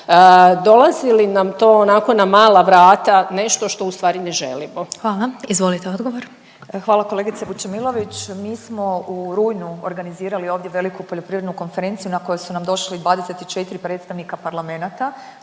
Dolazi li nam to onako na mala vrata nešto što ustvari ne želimo? **Glasovac, Sabina (SDP)** Hvala. Izvolite odgovor. **Petir, Marijana (Nezavisni)** Hvala kolegice Vučemilović. Mi smo u rujnu organizirali ovdje veliku poljoprivrednu konferenciju na koju su nam došli 24 predstavnika parlamenata,